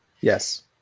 Yes